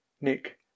Nick